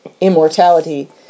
immortality